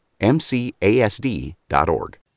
MCASD.org